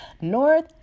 North